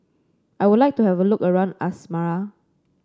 I would like to have a look around Asmara